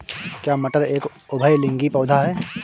क्या मटर एक उभयलिंगी पौधा है?